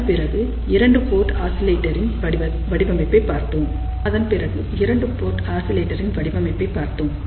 அதன் பிறகு 2 போர்ட் ஆசிலேட்டரின் வடிவமைப்பை பார்த்தோம்